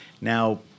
Now